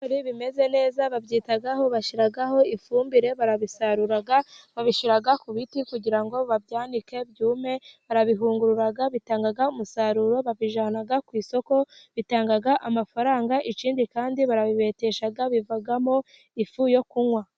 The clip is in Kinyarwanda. Ibigori bimeze neza babyitaho, bashyiraho ifumbire, barabisarura, babishyira ku biti kugira ngo babyanike byume, barabihungurura, bitanga umusaruro, babijyana ku isoko, bitanga amafaranga, ikindi kandi barabibetesha, bivamo ifu yo kunywa.